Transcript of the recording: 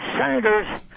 senators